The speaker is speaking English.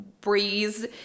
breeze